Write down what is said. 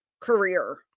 career